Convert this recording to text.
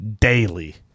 daily